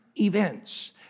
events